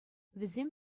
вӗсем